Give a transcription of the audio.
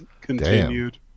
continued